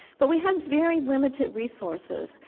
but we have very limited resources,